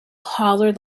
hollered